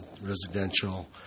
residential